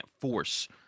force